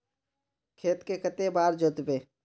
खेत के कते बार जोतबे?